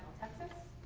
texas.